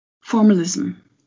formalism